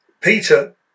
Peter